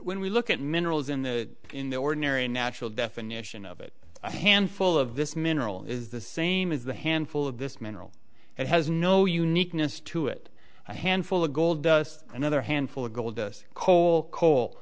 when we look at minerals in the in the ordinary natural definition of it i handful of this mineral is the same as the handful of this man it has no uniqueness to it a handful of gold dust another handful of gold dust coal coal